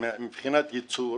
מבחינת ייצור